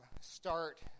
start